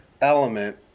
element